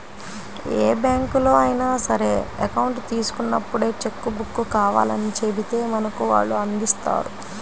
ఏ బ్యాంకులో అయినా సరే అకౌంట్ తీసుకున్నప్పుడే చెక్కు బుక్కు కావాలని చెబితే మనకు వాళ్ళు అందిస్తారు